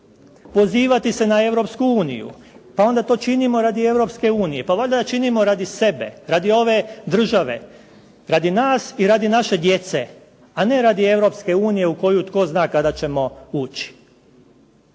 pozivati se na Europsku uniju, pa onda to činimo radi Europske unije. Pa valjda činimo radi sebe, radi ove države, radi nas i radi naše djece, a ne radi Europske unije u koju tko zna kada ćemo ući.